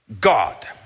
God